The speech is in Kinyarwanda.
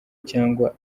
cyangwa